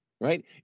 right